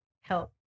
help